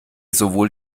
sowohl